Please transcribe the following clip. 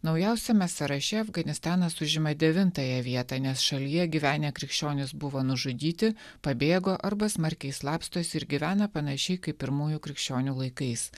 naujausiame sąraše afganistanas užima devintąją vietą nes šalyje gyvenę krikščionys buvo nužudyti pabėgo arba smarkiai slapstosi ir gyvena panašiai kaip pirmųjų krikščionių laikais